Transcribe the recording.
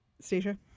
Stacia